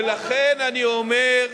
ולכן אני אומר,